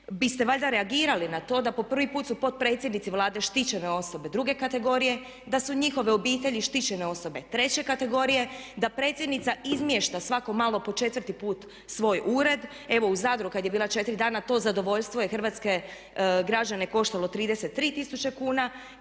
biste valjda reagirali na to da po prvi put su potpredsjednici Vlade štićene osobe druge kategorije, da su njihove obitelji štićene kategorije, da predsjednica izmješta svako malo po četvrti put evo svoj ured. Evo u Zadru kad je bila 4 dana, to zadovoljstvo je hrvatske građane koštalo 33 tisuće kuna,